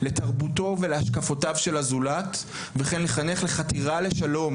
לתרבותו ולהשקפותיו של הזולת וכן לחנך לחתירה לשלום